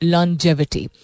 Longevity